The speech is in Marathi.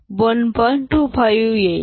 25 येईल